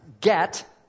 get